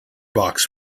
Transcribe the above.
box